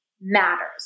matters